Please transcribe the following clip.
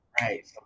Right